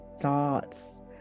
thoughts